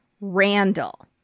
Randall